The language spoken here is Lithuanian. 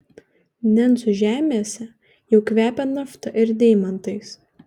nencų žemėse jau kvepia nafta ir deimantais